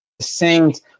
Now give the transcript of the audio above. Saints